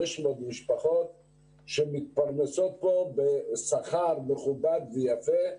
500 משפחות שמתפרנסות פה בשכר מכובד ויפה.